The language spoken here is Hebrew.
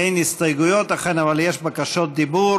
אין הסתייגויות, אכן, אבל יש בקשות דיבור.